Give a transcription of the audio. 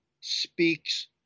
speaks